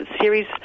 series